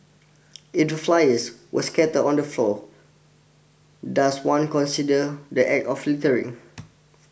flyers were scattered on the floor does one consider the act of littering